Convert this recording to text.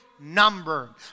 number